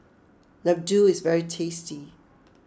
Laddu is very tasty